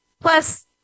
plus